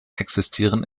existieren